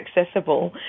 accessible